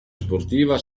sportiva